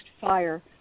fire